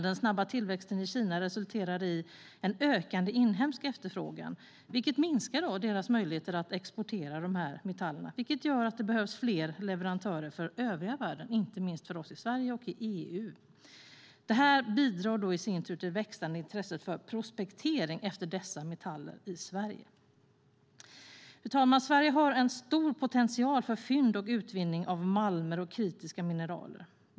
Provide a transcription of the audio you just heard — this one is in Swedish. Den snabba tillväxten i Kina resulterar i en ökande inhemsk efterfrågan, vilket minskar deras möjligheter att exportera metallerna. Det innebär att det behövs fler leverantörer för den övriga världen, inte minst för Sverige och EU. Det bidrar i sin tur till det växande intresset för prospektering efter dessa metaller i Sverige. Fru talman! Sverige har stor potential för fynd och utvinning av malmer och kritiska mineraler.